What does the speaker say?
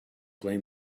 blame